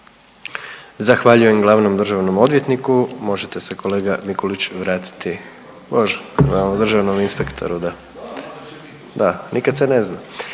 Zahvaljujem glavnom državnom odvjetniku, možete se kolega Mikulić vratiti, može glavnom državnom inspektoru da, …/Upadica se ne